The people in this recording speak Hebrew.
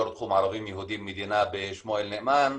יו"ר תחום ערבים יהודים מדינה בשמואל נאמן,